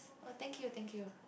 oh thank you thank you